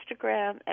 Instagram